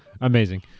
amazing